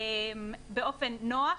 נוח,